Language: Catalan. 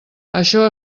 això